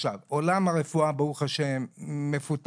עכשיו, עולם הרפואה ברוך ה' מפותח.